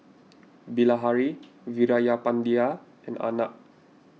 Bilahari Veerapandiya and Arnab